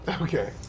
Okay